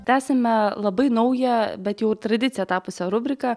tęsiame labai naują bet jau ir tradicija tapusią rubriką